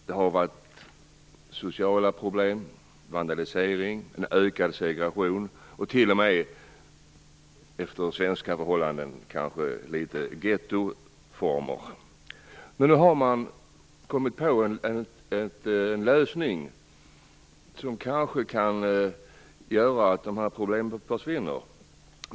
Det har varit sociala problem, vandalisering och ökad segregation, och det har utifrån svenska förhållanden t.o.m. uppstått litet av gettoformer. Nu har man kommit på en lösning som kanske kan göra att de här problemen försvinner.